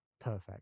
perfect